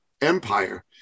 Empire